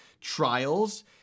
trials